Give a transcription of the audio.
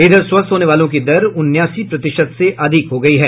इधर स्वस्थ होने वालों की दर उनासी प्रतिशत से अधिक हो गयी है